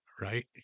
right